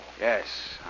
Yes